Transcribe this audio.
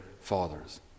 fathers